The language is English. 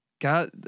God